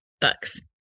books